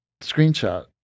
screenshot